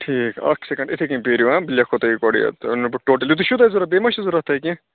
ٹھیٖک اَکھ سٮ۪کنڈ اِتھے کٔنۍ پرایوٗ ہہ بہٕ لیٚکھو تۄہہِ گۄڈٕ یہِ تۄہہِ وَنَو بہٕ ٹوٹَل یُتٕے چھُو تۄہہِ ضوٚرَتھ بیٚیہِ ما چھُو ضوٚرَتھ تۄہہِ کیٚنہہ